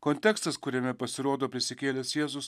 kontekstas kuriame pasirodo prisikėlęs jėzus